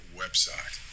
website